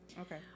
Okay